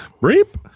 Reap